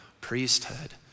priesthood